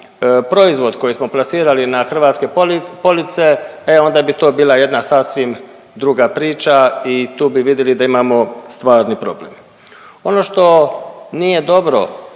proizvod koji smo plasirali na hrvatske poli… police, e onda bi to bila jedna sasvim druga priča i tu bi vidili da imamo stvarni problem. Ono što nije dobro